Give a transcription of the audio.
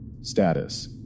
Status